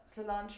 Cilantro